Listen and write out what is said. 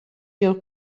your